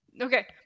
Okay